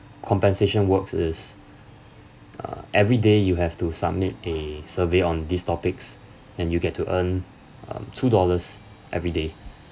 compensation works is uh everyday you have to submit a survey on these topics and you get to earn um two dollars every day